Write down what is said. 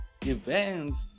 events